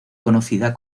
conocida